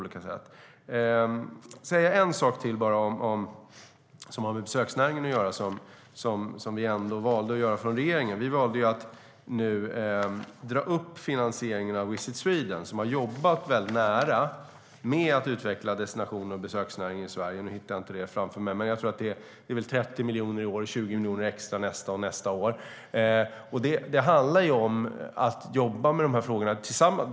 Jag vill säga en sak till om besöksnäringen. Från regeringen valde vi att dra upp finansieringen av Visit Sweden, som har jobbat nära med att utveckla destinationer och besöksnäringen i Sverige. Jag tror att det är 30 miljoner i år och 20 miljoner ytterligare nästa år och året därefter.